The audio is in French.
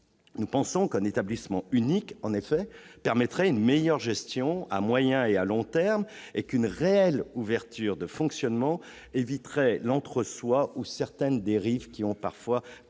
Nous pensions qu'un établissement unique permettrait une meilleure gestion à moyen et long terme, et qu'une réelle ouverture de fonctionnement éviterait l'entre soi et certaines dérives dans la gouvernance.